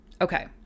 Okay